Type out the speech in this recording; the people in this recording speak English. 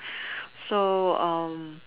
so um